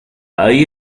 ahí